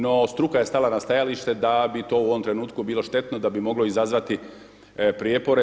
No struka je stala na stajalište, da bi to u ovom trenutku bilo štetno da bi moglo izazvati prijepore.